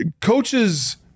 coaches